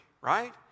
right